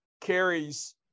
carries